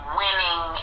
winning